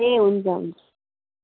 ए हुन्छ हुन्छ